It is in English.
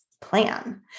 plan